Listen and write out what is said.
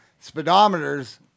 speedometers